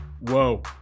whoa